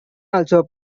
also